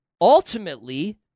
ultimately